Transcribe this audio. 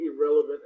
irrelevant